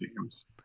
teams